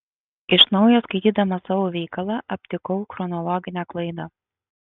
iš naujo skaitydamas savo veikalą aptikau chronologinę klaidą